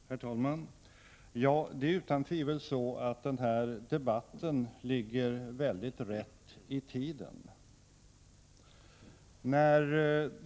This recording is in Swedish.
Herr talman! Det är utan tvivel så att denna debatt ligger rätt i tiden.